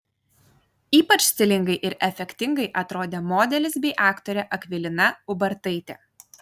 ypač stilingai ir efektingai atrodė modelis bei aktorė akvilina ubartaitė